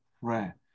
prayer